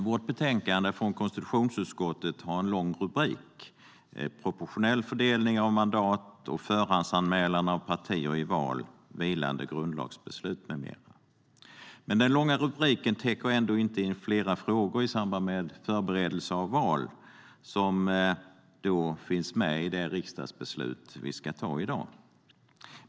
Herr talman! Konstitutionsutskottets betänkande har en lång rubrik: Proportionell fördelning av mandat och förhandsanmälan av partier i val . Men den långa rubriken täcker ändå inte in flera frågor i samband med förberedelser av val som finns med i det riksdagsbeslut som vi ska ta i dag.